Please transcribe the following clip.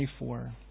24